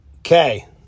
Okay